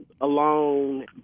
alone